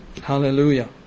Hallelujah